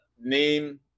name